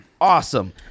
Awesome